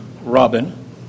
Robin